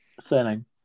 Surname